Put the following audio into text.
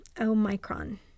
Omicron